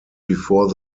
before